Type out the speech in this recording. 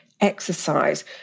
exercise